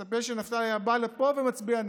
הייתי מצפה שנפתלי היה בא לפה ומצביע נגד,